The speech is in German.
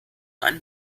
einem